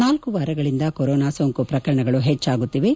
ನಾಲ್ಕು ವಾರಗಳಿಂದ ಕೊರೋನಾ ಸೋಂಕು ಪ್ರಕರಣಗಳು ಹೆಚ್ಚಾಗುತ್ತಿವೆ